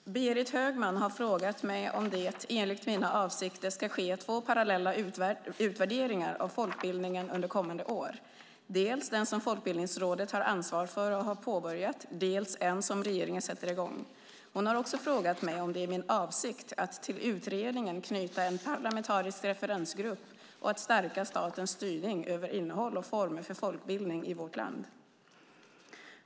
Fru talman! Berit Högman har frågat mig om det enligt mina avsikter ska ske två parallella utvärderingar av folkbildningen under kommande år, dels den som Folkbildningsrådet tar ansvar för och har påbörjat, dels en som regeringen sätter i gång. Hon har också frågat mig om det är min avsikt att till utredningen knyta en parlamentarisk referensgrupp och att stärka statens styrning över innehåll och form för folkbildning i vårt land.